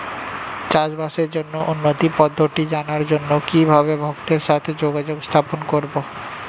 চাষবাসের জন্য উন্নতি পদ্ধতি জানার জন্য কিভাবে ভক্তের সাথে যোগাযোগ স্থাপন করব?